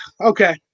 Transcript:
Okay